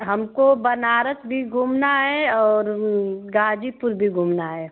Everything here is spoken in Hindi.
हमको बनारस भी घूमना है और गाजीपुर भी घूमना है